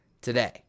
today